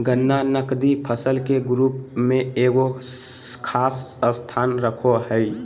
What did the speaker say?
गन्ना नकदी फसल के रूप में एगो खास स्थान रखो हइ